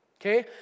Okay